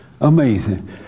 Amazing